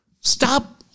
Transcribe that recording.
Stop